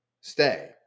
stay